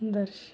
Darshan